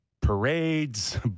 Parades